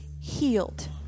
healed